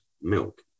milk